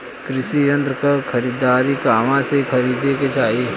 कृषि यंत्र क खरीदारी कहवा से खरीदे के चाही?